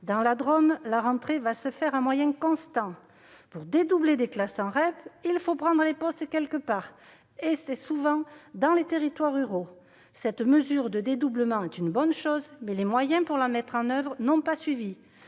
Dans la Drôme, la rentrée se fera à moyens constants. Pour dédoubler des classes en REP, il faut prendre les postes quelque part. Et souvent, c'est dans les territoires ruraux ! Cette mesure de dédoublement est une bonne chose, mais les moyens pour la mettre en oeuvre n'ont pas suivi.